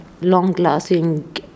long-lasting